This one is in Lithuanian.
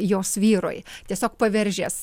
jos vyrui tiesiog paveržęs